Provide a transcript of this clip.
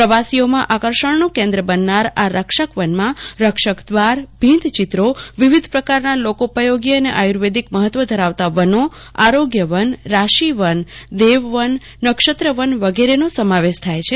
પ્રવાસીઓમાં આકર્ષણનું કેન્દ્ર બનનારા આ રક્ષકવન દવાર ભીંતચિત્રો વિવિધ પ્રકારના લોકો પયોગી અને આયૂવદિક મહત્વ ધરાવતાનો આરોગ્ય વન રાશિવન દવવન નક્ષત્ર વન વગેરેનો સમાવેશ થાય છે